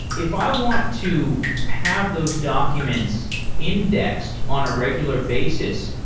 if i want to have those documents indexed on a regular basis,